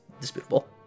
disputable